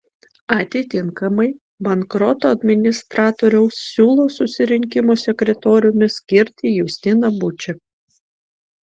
atitinkamai bankroto administratoriaus siūlo susirinkimo sekretoriumi skirti justiną bučį